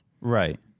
Right